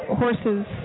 horses